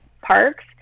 parks